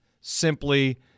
simply